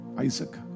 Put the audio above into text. Isaac